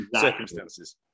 circumstances